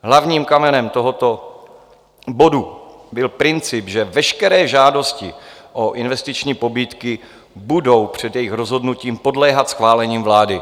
Hlavním kamenem tohoto bodu byl princip, že veškeré žádosti o investiční pobídky budou před jejich rozhodnutím podléhat schválení vlády.